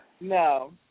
No